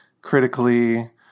critically